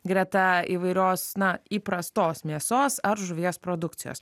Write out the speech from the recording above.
greta įvairios na įprastos mėsos ar žuvies produkcijos